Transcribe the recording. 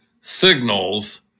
signals